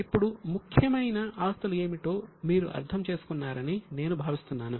ఇప్పుడు ముఖ్యమైన ఆస్తులు ఏమిటో మీరు అర్థం చేసుకున్నారని నేను భావిస్తున్నాను